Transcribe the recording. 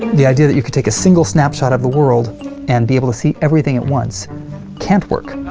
the idea that you could take a single snapshot of the world and be able to see everything at once can't work.